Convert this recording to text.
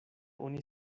oni